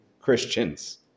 Christians